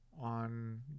on